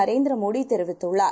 நரேந்திரமோடிதெரிவித்துள்ளார்